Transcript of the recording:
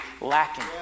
lacking